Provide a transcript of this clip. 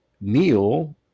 Neil